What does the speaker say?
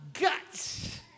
guts